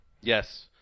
Yes